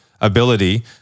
ability